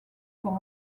pour